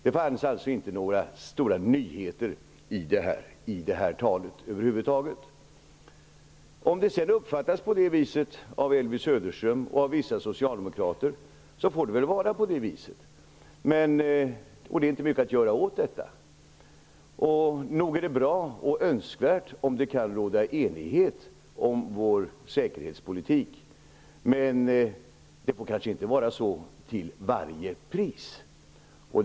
Det fanns alltså inte några stora nyheter i detta tal över huvud taget. Om det ändå uppfattades så av Elvy Söderström och vissa andra socialdemokrater så får det väl vara på det viset. Det är inte mycket att göra åt. Nog är det bra om det kan råda enighet om vår säkerhetspolitik, men det får kanske inte åstadkommas till vilket pris som helst.